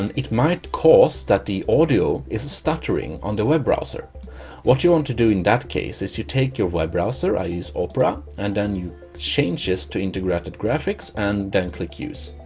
and it might cost that the audio is stuttering on the web browser what you want to do in that case is you take your web browser is? opera and then you change this to integrated graphics and then click use